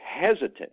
hesitant